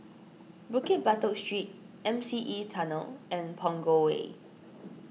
Bukit Batok Street M C E Tunnel and Punggol Way